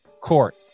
Court